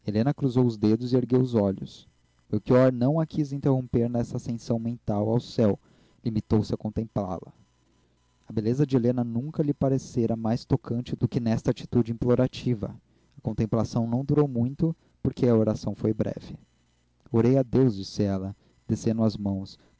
helena cruzou os dedos e ergueu os olhos melchior não a quis interromper nessa ascensão mental ao céu limitou-se a contemplá-la a beleza de helena nunca lhe parecera mais tocante do que nessa atitude implorativa orei a deus disse ela descendo as mãos